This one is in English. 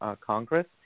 Congress